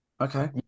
Okay